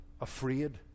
afraid